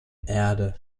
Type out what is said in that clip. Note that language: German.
erde